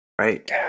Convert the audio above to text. Right